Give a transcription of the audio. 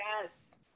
Yes